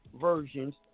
versions